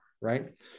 right